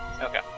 Okay